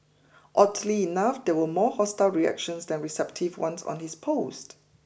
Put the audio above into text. oddly enough there were more hostile reactions than receptive ones on his post